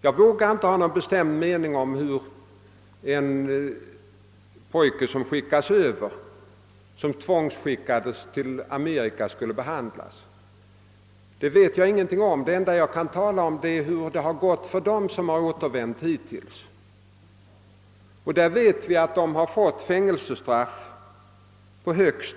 Jag vågar inte ha någon bestämd mening om hur en desertör, som tvångsvis skickades över till Amerika, skulle behandlas — det enda jag kan uttala mig om är hur det har gått för dem som hittills har återvänt. Vi vet att de har fått fängelsestraff på högst